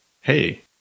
Hey